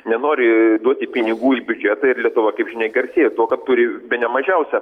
nenori duoti pinigų į biudžetą ir lietuva kaip žinia garsėja tuo kad turi bene mažiausią